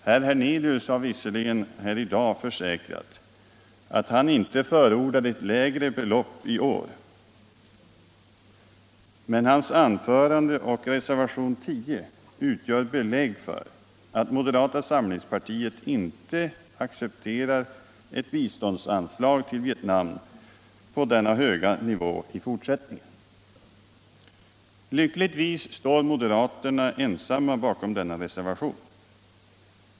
Herr Hernelius har visserligen här i dag försäkrat att han inte förordar ett lägre belopp i år, men hans anförande och reservationen 10 utgör belägg för att moderata samlingspartiet inte accepterar ett biståndsanslag till Vietnam på denna höga nivå i fortsättningen. Lyckligtvis står moderaterna ensamma bakom denna reservation.